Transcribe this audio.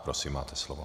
Prosím, máte slovo.